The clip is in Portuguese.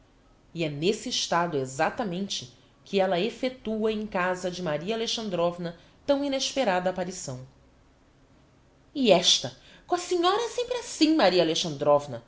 e é n'esse estado exactamente que ella effectua em casa de maria alexandrovna tão inesperada apparição e esta com a senhora é sempre assim maria